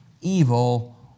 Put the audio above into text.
evil